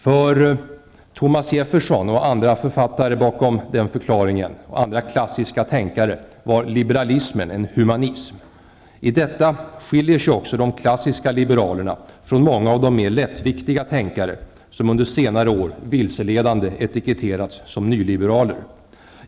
För Thomas Jefferson, och andra författare bakom den förklaringen, och för andra klassiska tänkare var liberalismen en humanism. I detta skiljer sig också de klassiska liberalerna från många av de mer lättviktiga tänkare som under senare år vilseledande etiketterats som nyliberaler.